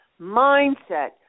mindset